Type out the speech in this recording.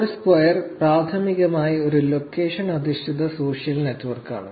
Foursquare പ്രാഥമികമായി ഒരു location അധിഷ്ഠിത സോഷ്യൽ നെറ്റ്വർക്കാണ്